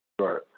Right